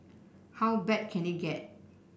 how bad can it get